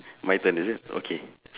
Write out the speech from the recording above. my turn is it okay